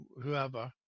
whoever